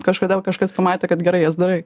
kažkada kažkas pamatė kad gerai jas darai